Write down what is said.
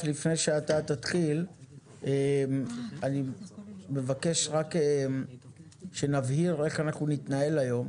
לפני שאתה תתחיל אני מבקש שנבהיר איך אנחנו נתנהל היום,